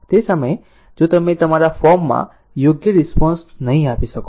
તે સમયે જો તમે તમારા ફોરમમાં યોગ્ય રિસ્પોન્સ નહીં આપી શકો